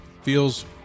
feels